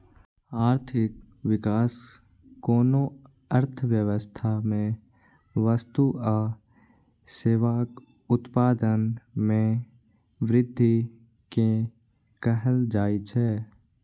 आर्थिक विकास कोनो अर्थव्यवस्था मे वस्तु आ सेवाक उत्पादन मे वृद्धि कें कहल जाइ छै